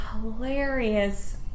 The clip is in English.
hilarious